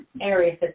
Area